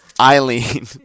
Eileen